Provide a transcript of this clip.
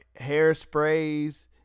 hairsprays